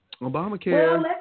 Obamacare